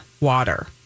water